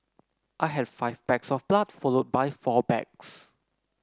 I had five bags of blood followed by four bags